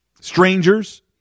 strangers